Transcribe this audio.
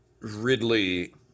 Ridley